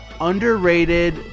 Underrated